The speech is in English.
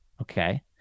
Okay